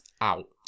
out